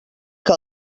que